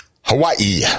Hawaii